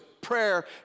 Prayer